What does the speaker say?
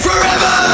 Forever